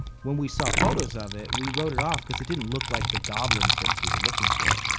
when we saw photos of it we wrote it off because it didn't look like the goblin prints we were looking for,